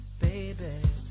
baby